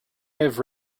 have